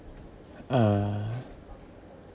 uh